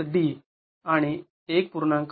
५d आणि १